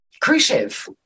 Khrushchev